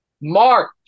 March